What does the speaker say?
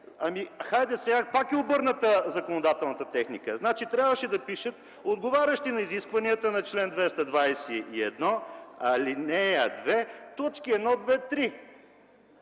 Ето сега пак е обърната законодателната техника. Трябваше да пишат „отговарящи на изискванията на чл. 221, ал. 2, точки 1, 2, 3”.